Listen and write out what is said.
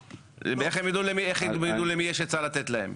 איך הם ידעו למי יש מה להציע להם?